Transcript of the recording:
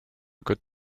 good